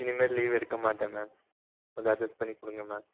இனிமேல் லீவ் எடுக்க மாட்டேன் மேம் கொஞ்சம் அட்ஜஸ்ட் பண்ணி கொடுங்க மேம்